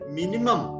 minimum